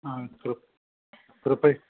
आस्तु कृपया